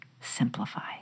simplify